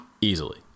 Easily